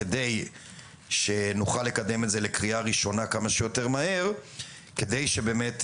כדי שנוכל לקדם את זה לקריאה הראשונה כמה שיותר מהר כדי שבאמת,